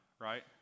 right